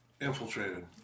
infiltrated